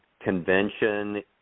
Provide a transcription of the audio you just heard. convention